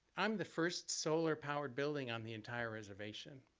um the first solar-powered building on the entire reservation.